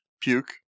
Puke